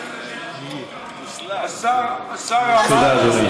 השר אמר, תודה, אדוני.